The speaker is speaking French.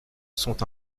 sont